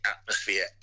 atmosphere